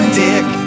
dick